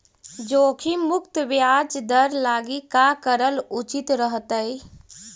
जोखिम मुक्त ब्याज दर लागी का करल उचित रहतई?